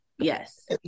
yes